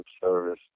service